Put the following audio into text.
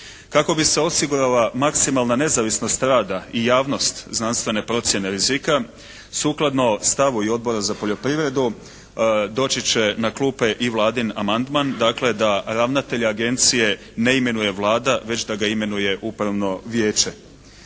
Kako bi se osigurala maksimalna nezavisnost rada i javnost znanstvene procjene rizika sukladno stavu i Odbora za poljoprivredu doći će na klupe i Vladin amandman, dakle da ravnatelja agencije ne imenuje Vlada već da ga imenuje upravno vijeće.